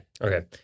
Okay